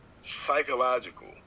Psychological